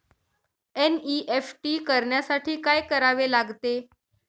NEFT करण्यासाठी काय करावे लागते?